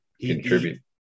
contribute